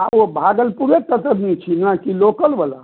आ ओ भागलपुरेके कतरनी छी ने की लोकल बला